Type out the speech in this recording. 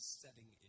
setting